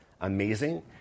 amazing